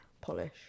Polish